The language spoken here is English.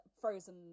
Frozen